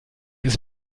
ist